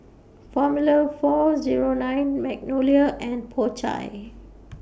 Formula four Zero nine Magnolia and Po Chai